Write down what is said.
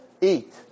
eat